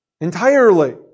entirely